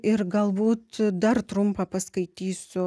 ir galbūt dar trumpą paskaitysiu